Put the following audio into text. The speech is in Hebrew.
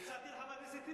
אני הצעתי לחבר הכנסת טיבי,